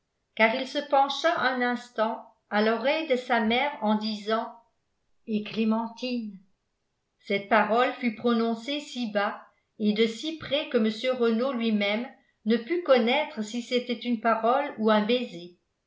car il se pencha un instant à l'oreille de sa mère en disant et clémentine cette parole fut prononcée si bas et de si près que mr renault lui-même ne put connaître si c'était une parole ou un baiser